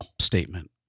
statement